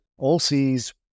AllSea's